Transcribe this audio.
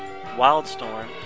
Wildstorm